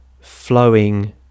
flowing